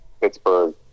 Pittsburgh